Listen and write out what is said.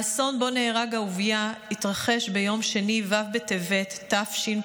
האסון שבו נהרג אהוביה התרחש ביום שני ו' בטבת תשפ"א,